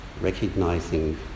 recognizing